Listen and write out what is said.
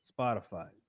Spotify